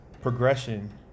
progression